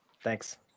Thanks